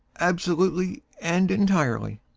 absolutely and entirely.